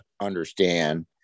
understand